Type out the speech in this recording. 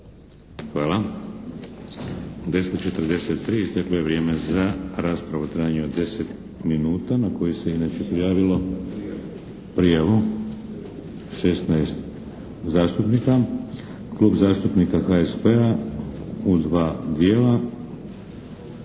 Hvala. 10:43, isteklo je vrijeme za raspravu u trajanju od deset minuta na koju se inače prijavilo 16 zastupnika. Klub zastupnika HSP-a u dva dijela,